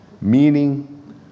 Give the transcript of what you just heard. meaning